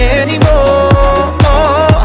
anymore